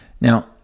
Now